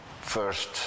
first